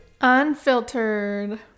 Unfiltered